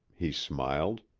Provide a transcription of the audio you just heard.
he smiled,